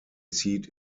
seat